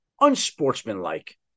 unsportsmanlike